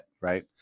right